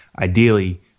ideally